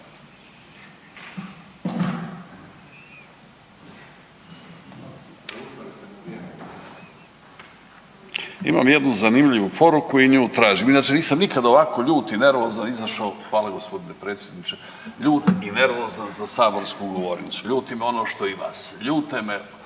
Imam jednu zanimljivu poruku i nju tražim, inače nisam nikada ovako ljut i nervozan izašao, hvala gospodine predsjedniče, ljut i nervozan za saborsku govornicu. Ljuti me ono što i vas, ljute me